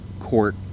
court